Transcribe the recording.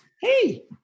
Hey